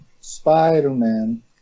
Spider-Man